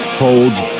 holds